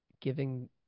giving